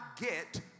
get